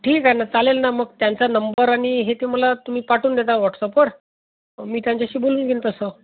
ठीक आहे ना चालेल ना मग त्यांचा नंबर आणि हे ते मला तुम्ही पाठवून देजा वॉट्सअपवर म मी त्यांच्याशी बोलून घेईल तसं